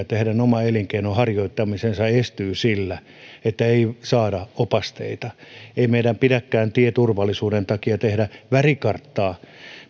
että heidän oma elinkeinonharjoittamisessa estyy sillä että ei saada opasteita ei meidän pidäkään tieturvallisuuden takia tehdä värikarttaa